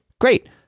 great